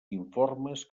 informes